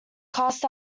cast